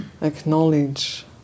acknowledge